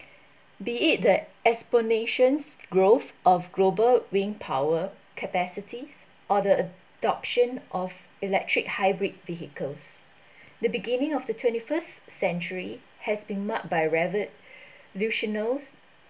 be it the exponential growth of global wind power capacities or the adoption of electric hybrid vehicles the beginning of the twenty first century has been marred by revolutionals